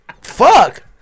fuck